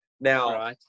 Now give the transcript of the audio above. Now